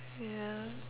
ya